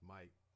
Mike